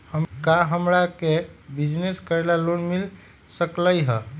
का हमरा के बिजनेस करेला लोन मिल सकलई ह?